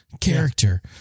character